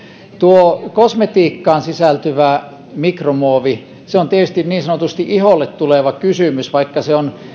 tuo kosmetiikkaan sisältyvä mikromuovi on tietysti niin sanotusti iholle tuleva kysymys vaikka se on